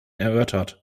erörtert